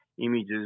images